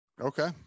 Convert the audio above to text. Okay